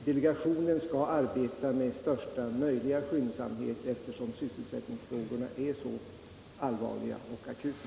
Delegationen skall arbeta med största möjliga skyndsamhet eftersom sysselsättningsfrågorna är så allvarliga och akuta.